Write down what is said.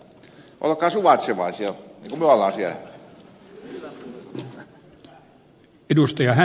olkaa suvaitsevaisia niin kuin me olemme siellä